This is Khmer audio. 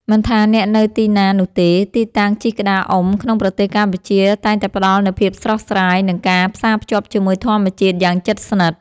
មិនថាអ្នកនៅទីណានោះទេ ទីតាំងជិះក្តារអុំក្នុងប្រទេសកម្ពុជាតែងតែផ្ដល់នូវភាពស្រស់ស្រាយ និងការផ្សារភ្ជាប់ជាមួយធម្មជាតិយ៉ាងជិតស្និទ្ធ។